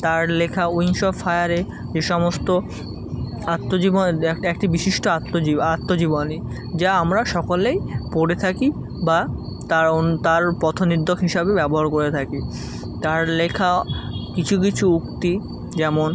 তার লেখা wings of ফায়ারে যে সমস্ত আত্মজীবন এক একটি বিশিষ্ট আত্মজীব আত্মজীবনী যা আমরা সকলেই পড়ে থাকি বা তার অন তার পথ নিদ্দক হিসাবে ব্যবহার করে থাকি তার লেখা কিছু কিছু উক্তি যেমন